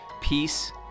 peace